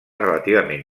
relativament